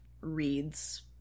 reads